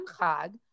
chag